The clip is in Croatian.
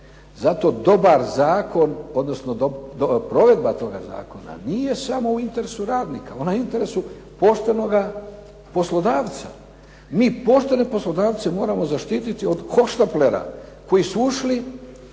zato dobar zakon odnosno provedba toga zakona nije samo u interesu radnika, ona je u interesu poštenoga poslodavca. Mi poštene poslodavce moramo zaštititi od hohštaplera koji su ušli